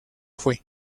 fue